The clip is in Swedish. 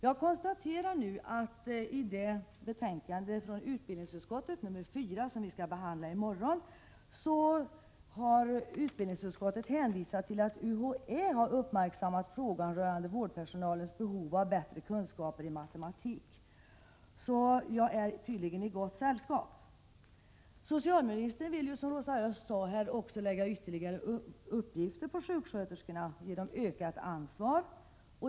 Jag konstaterar att utbildningsutskottet i det betänkande som vi skall behandla i morgon, nr 4, har hänvisat till att UHÄ har uppmärksammat frågan om vårdpersonalens behov av bättre kunskaper i matematik. Jag är tydligen i gott sällskap. Socialministern vill ju, som Rosa Östh också sade, lägga ytterligare uppgifter på sjuksköterskorna och ge dem ökat ansvar.